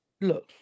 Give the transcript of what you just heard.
Look